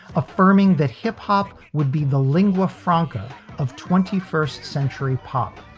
affirming that hip hop would be the lingua franca of twenty first century pop.